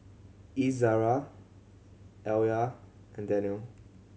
Izzara Alya and Danial